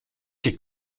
que